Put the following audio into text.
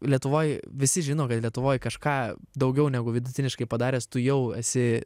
lietuvoj visi žino kad lietuvoj kažką daugiau negu vidutiniškai padaręs tu jau esi